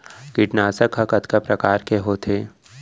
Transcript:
कीटनाशक ह कतका प्रकार के होथे?